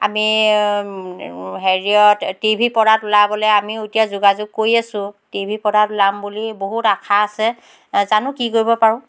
আমি হেৰিত T V পৰ্দাত ওলাবলৈ আমিও এতিয়া যোগাযোগ কৰি আছো টি ভি পৰ্দাত ওলাম বুলি বহুত আশা আছে জানো কি কৰিব পাৰোঁ